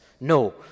No